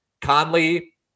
Conley